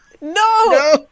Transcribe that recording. No